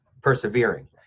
persevering